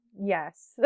Yes